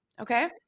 Okay